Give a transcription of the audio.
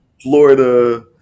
Florida